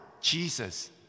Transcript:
Jesus